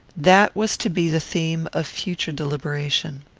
that was to be the theme of future deliberation.